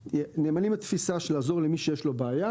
נאמנים לתפיסה של לעזור למי שיש לו בעיה.